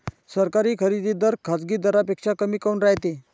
सरकारी खरेदी दर खाजगी दरापेक्षा कमी काऊन रायते?